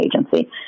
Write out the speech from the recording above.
agency